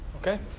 okay